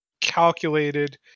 calculated